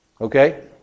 Okay